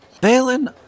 Balin